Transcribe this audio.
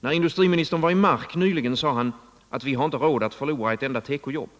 När industriministern var i Mark nyligen sade han: Vi har inte råd att förlora ett enda tekojobb.